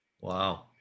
Wow